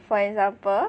for example